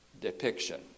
depiction